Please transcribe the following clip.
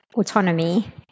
autonomy